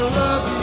love